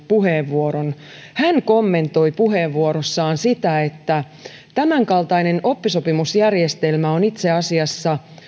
puheenvuoron hän kommentoi puheenvuorossaan sitä niin että tämänkaltainen oppisopimusjärjestelmä on itse asiassa